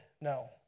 No